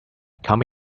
come